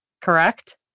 correct